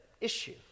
issue